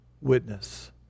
witness